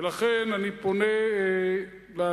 ולכן אני פונה לאנשים,